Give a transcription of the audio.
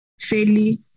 fairly